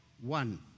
one